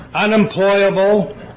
unemployable